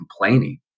complaining